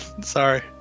Sorry